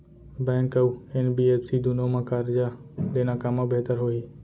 Bank अऊ NBFC दूनो मा करजा लेना कामा बेहतर होही?